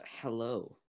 hello